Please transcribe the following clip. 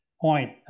point